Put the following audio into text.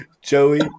Joey